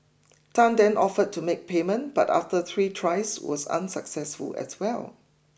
Tan then offered to make payment but after three tries was unsuccessful as well